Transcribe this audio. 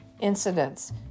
incidents